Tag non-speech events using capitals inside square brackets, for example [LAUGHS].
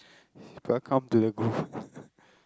welcome to the groove [LAUGHS]